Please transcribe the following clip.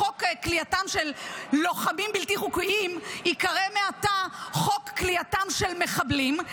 חוק כליאתם של לוחמים בלתי חוקיים ייקרא מעתה חוק כליאתם של מחבלים.